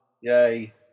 Yay